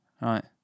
right